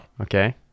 Okay